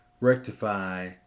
rectify